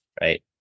Right